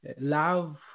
love